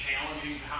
challenging